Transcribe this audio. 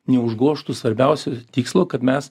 neužgožtų svarbiausio tikslo kad mes